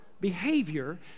behavior